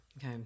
okay